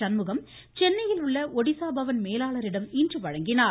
சண்முகம் சென்னையில் உள்ள ஒடிசா பவன் மேலாளரிடம் இன்று வழங்கினார்